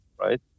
right